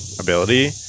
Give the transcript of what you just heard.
ability